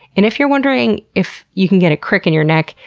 and if you're wondering if you can get a crick in your neck,